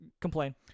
Complain